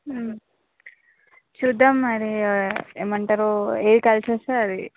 చూద్దాం మరి ఏమంటారు ఏది కలిసి వస్తే అది